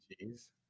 cheese